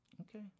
Okay